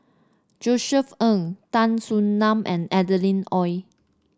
Josef Ng Tan Soo Nan and Adeline Ooi